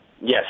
Yes